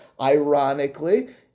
ironically